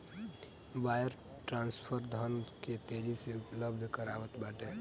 wire transfer धन के तेजी से उपलब्ध करावत बाटे